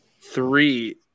three